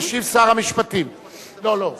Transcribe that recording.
רבותי, אנחנו ממשיכים בסדר-היום